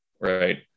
Right